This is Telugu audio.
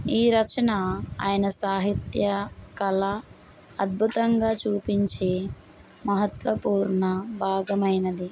ఈ రచన ఆయన సాహిత్య కళ అద్భుతంగా చూపించే మహత్వపూర్ణ భాగమైనది